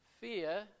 Fear